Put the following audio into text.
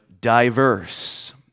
diverse